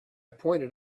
pointed